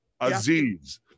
Aziz